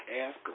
ask